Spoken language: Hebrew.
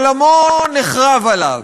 עולמו חרב עליו,